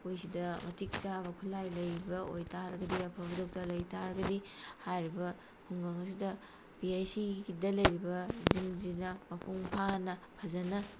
ꯑꯩꯈꯣꯏꯁꯤꯗ ꯃꯇꯤꯛ ꯆꯥꯕ ꯈꯨꯠꯂꯥꯏ ꯂꯩꯕ ꯑꯣꯏꯇꯥꯔꯒꯗꯤ ꯑꯐꯕ ꯗꯣꯛꯇꯔ ꯂꯩꯇꯥꯔꯒꯗꯤ ꯍꯥꯏꯔꯤꯕ ꯈꯨꯡꯒꯪ ꯑꯁꯤꯗ ꯄꯤ ꯍꯩꯆ ꯁꯤꯒꯤꯗ ꯂꯩꯔꯤꯕꯁꯤꯡꯁꯤꯗ ꯃꯄꯨꯡ ꯐꯥꯅ ꯐꯖꯅ